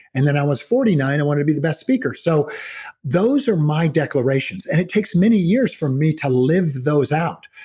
and then i was forty nine i wanted to be the best speaker. so those are my declarations and it takes many years for me to live those out.